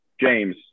James